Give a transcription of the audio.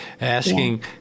asking